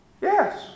Yes